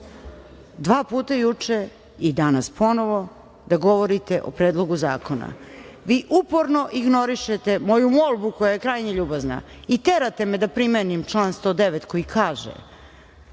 dva puta juče i danas ponovo, da govorite o Predlogu zakona. Vi uporno ignorišete moju molbu koja je krajnje ljubazna i terate me da primenim član 109. koji kaže